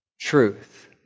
truth